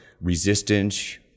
resistance